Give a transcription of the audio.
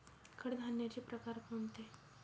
कडधान्याचे प्रकार कोणते?